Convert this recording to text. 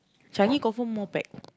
Changi confirm more pack